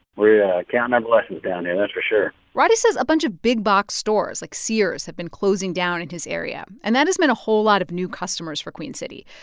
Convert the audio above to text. we're yeah counting our blessings down here. that's for sure roddey says a bunch of big-box stores like sears have been closing down in his area, and that has meant a whole lot of new customers for queen city.